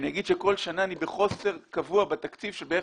אני אגיד שכל שנה אני בחוסר קבוע בתקציב של בערך